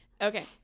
Okay